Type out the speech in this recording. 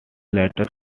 ladder